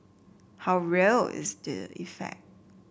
how real is the effect